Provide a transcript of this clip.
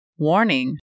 Warning